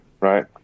right